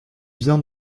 vient